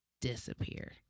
disappear